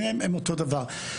הם אותו הדבר.